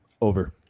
Over